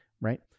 Right